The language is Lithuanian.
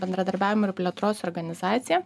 bendradarbiavimo ir plėtros organizaciją